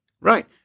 Right